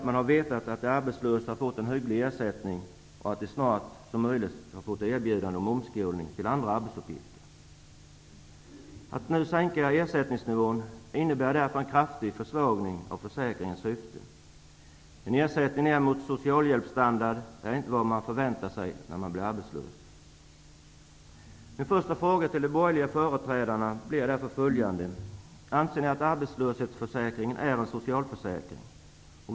Man har vetat att de arbetslösa har fått en hygglig ersättning och att de så snart som möjligt har erbjudits omskolning till andra arbetsuppgifter. Att nu sänka ersättningsnivån innebär därför en kraftig försvagning av försäkringens syften. En ersättning vars nivå närmar sig socialhjälpsstandard är inte vad man förväntar sig när man blir arbetslös. Mina första frågor till de borgerliga företrädarna blir därför: Anser ni att arbetslöshetsförsäkringen är en social försäkring?